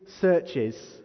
searches